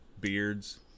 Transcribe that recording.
beards